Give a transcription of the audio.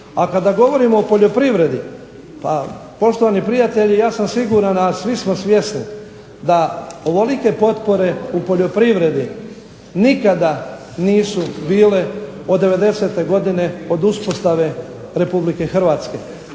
a kada govorimo o poljoprivredi, poštovani prijatelji ja sam siguran a svi smo svjesni da ovolike potpore u poljoprivredi nikada nisu bile od 90. godine od uspostave Republike Hrvatske.